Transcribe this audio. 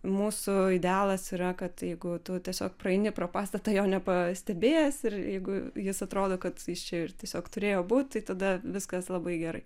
mūsų idealas yra kad jeigu tu tiesiog praeini pro pastatą jo nepastebėjęs ir jeigu jis atrodo kad jis čia ir tiesiog turėjo būt tai tada viskas labai gerai